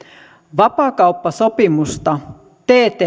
vapaakauppasopimusta